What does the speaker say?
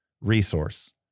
resource